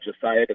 Josiah